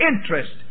interest